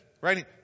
right